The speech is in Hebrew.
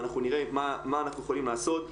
אנחנו נראה מה אנחנו יכולים לעשות.